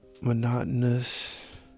Monotonous